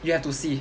you have to see